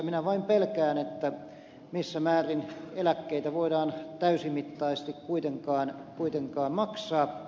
minä vain pelkään missä määrin eläkkeitä voidaan täysimittaisesti kuitenkaan maksaa